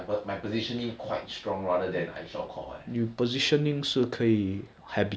cause is a glorified role by M_P_L players every game M_V_P